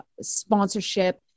sponsorship